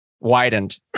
widened